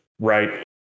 right